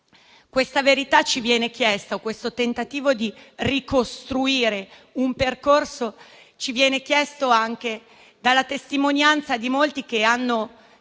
questa verità o questo tentativo di ricostruire un percorso ci vengono chiesti anche dalla testimonianza di molti che hanno